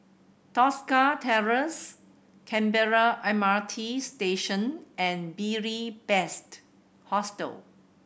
Tosca Terrace Canberra M R T Station and Beary Best Hostel